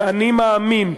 ואני מאמין,